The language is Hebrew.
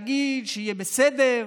יכולים להגיד שיהיה בסדר,